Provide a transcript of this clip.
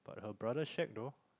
her brother shag though